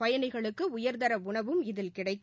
பயணிகளுக்கு உயர்தர உணவும் இதில் கிடைக்கும்